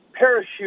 parachute